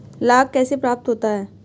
लाख कैसे प्राप्त होता है?